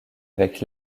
avec